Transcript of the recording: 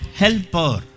helper